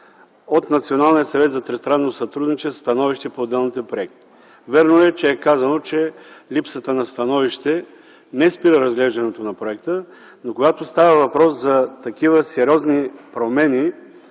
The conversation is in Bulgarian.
от Националния съвет за тристранно сътрудничество становища по отделните проекти. Вярно е, че е казано, че липсата на становище не спира разглеждането на проекта, но когато става въпрос за такива сериозни промени